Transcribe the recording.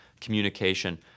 communication